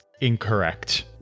incorrect